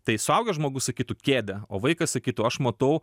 tai suaugęs žmogus sakytų kėdę o vaikas sakytų aš matau